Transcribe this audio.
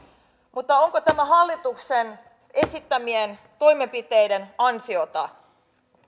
mutta onko tämä hallituksen esittämien toimenpiteiden ansiota